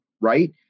right